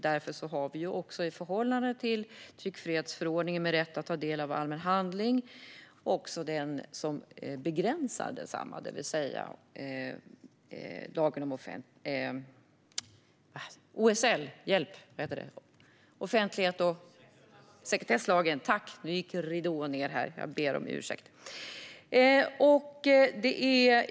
Därför har vi också i förhållande till tryckfrihetsförordningen, med rätt att ta del av allmän handling, OSL, offentlighets och sekretesslagen, som begränsar densamma.